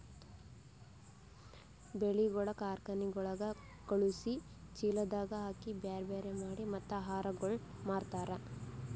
ಬೆಳಿಗೊಳ್ ಕಾರ್ಖನೆಗೊಳಿಗ್ ಖಳುಸಿ, ಚೀಲದಾಗ್ ಹಾಕಿ ಬ್ಯಾರೆ ಮಾಡಿ ಮತ್ತ ಆಹಾರಗೊಳ್ ಮಾರ್ತಾರ್